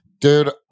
Dude